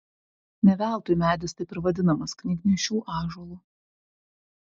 ne veltui medis taip ir vadinamas knygnešių ąžuolu